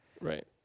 Right